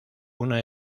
una